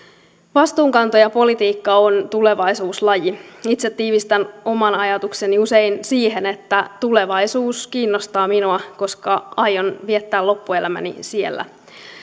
vastuunkantajapolitiikka on tulevaisuuslaji itse tiivistän oman ajatukseni usein siihen että tulevaisuus kiinnostaa minua koska aion viettää loppuelämäni siellä